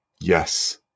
Yes